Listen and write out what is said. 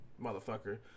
motherfucker